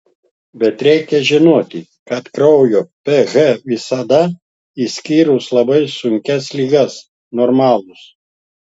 bet reikia žinoti kad kraujo ph visada išskyrus labai sunkias ligas normalus